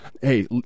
Hey